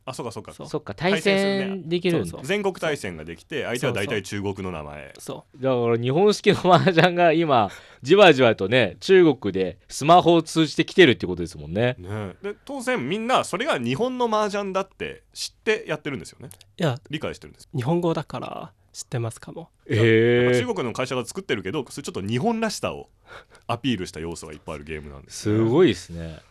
あ、そうかそうか。そう。そっか、対戦するね。対戦できるんだ。そうそう。全国対戦ができて、相手は大体そうそう。中国の名前。そう。だから日本式の麻雀が今、じわじわとね、中国でスマホを通じて来てるってことですもんね。ね。で、当然みんなそれが日本の麻雀だって知ってやってるんですよね。いや、理解してるんですよ。日本語だから知ってますかも。へえ。いや、やっぱ中国の会社が作ってるけど、それちょっと日本らしさをアピールした要素がいっぱいあるゲームなんですね。すごいっすね。